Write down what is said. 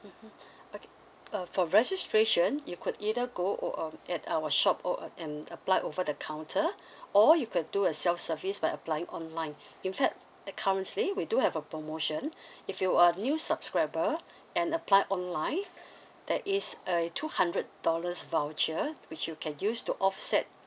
mmhmm okay uh for registration you could either go or um at our shop or and apply over the counter or you could do a self service by applying online in fact that currently we do have a promotion if you are new subscriber and apply online that is err two hundred dollars voucher which you can use to offset